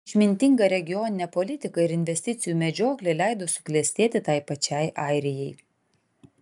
išmintinga regioninė politika ir investicijų medžioklė leido suklestėti tai pačiai airijai